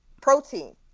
Protein